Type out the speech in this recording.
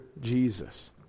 Jesus